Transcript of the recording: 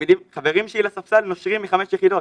חברים שלי לספסל נושרים מחמש יחידות,